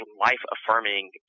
life-affirming